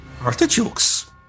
Artichokes